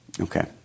okay